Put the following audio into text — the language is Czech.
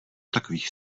takových